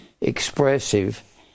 expressive